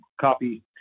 copy